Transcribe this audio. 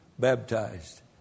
baptized